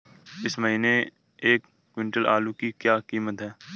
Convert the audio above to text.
इस महीने एक क्विंटल आलू की क्या कीमत है?